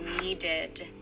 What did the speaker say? needed